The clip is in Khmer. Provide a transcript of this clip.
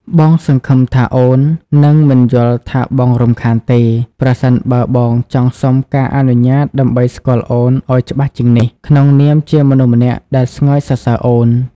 បងសង្ឃឹមថាអូននឹងមិនយល់ថាបងរំខានទេ ប្រសិនបើបងចង់សុំការអនុញ្ញាតដើម្បីស្គាល់អូនឱ្យច្បាស់ជាងនេះ ក្នុងនាមជាមនុស្សម្នាក់ដែលស្ងើចសរសើរអូន។